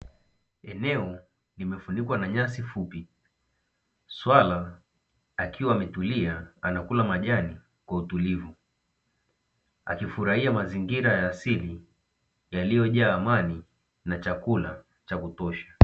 Eneo limefunikwa na nyasi fupi swala akiwa ametulia anakula majani kwa utulivu, akifurahia mazingira ya asili yaliyojaa amani na chakula cha kutosha.